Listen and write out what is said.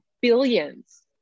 billions